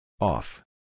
Off